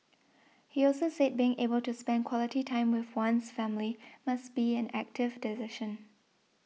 he also said being able to spend quality time with one's family must be an active decision